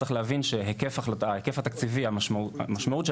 צריך להבין שהיקף התקציבי המשמעות של